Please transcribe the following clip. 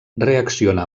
reacciona